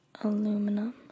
aluminum